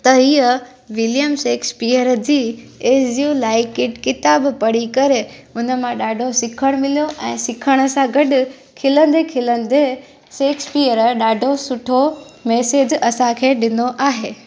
त हीअं William Shakespeare ji as you like it किताबु पढ़ी करे उन मां ॾाढो सिखणु मिलियो ऐं सिखण सां गॾु खिलंदे खिलंदे शेक्सपियर ॾाढो सुठो मेसिज असांखे ॾिनो आहे